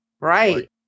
Right